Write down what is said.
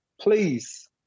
please